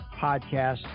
podcast